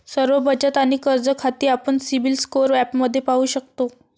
सर्व बचत आणि कर्ज खाती आपण सिबिल स्कोअर ॲपमध्ये पाहू शकतो